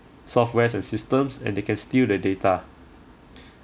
softwares and systems and they can steal the data